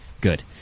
Good